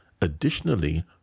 additionally